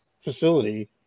facility